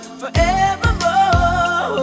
forevermore